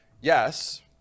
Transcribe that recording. Yes